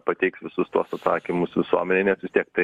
pateiks visus tuos atsakymus visuomenei nes vis tiek tai